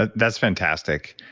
ah that's fantastic.